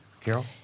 Carol